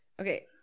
okay